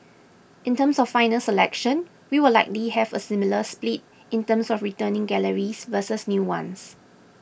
in terms of final selection we will likely have a similar split in terms of returning galleries versus new ones